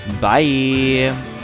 bye